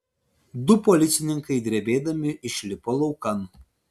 du policininkai drebėdami išlipo laukan